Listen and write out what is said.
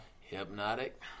Hypnotic